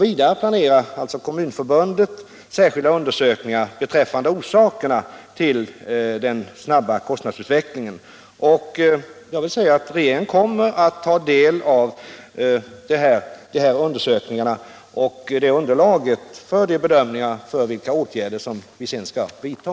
Vidare planerar Kommunförbundet särskilda undersökningar beträffande orsakerna till den snabba kostnadsutvecklingen. Regeringen kommer att ta del av dessa undersökningar och av annat underlag för bedömningar av vilka åtgärder som vi sedan skall vidta.